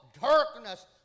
Darkness